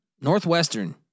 Northwestern